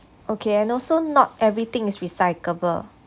okay and also not everything is recyclable